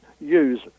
use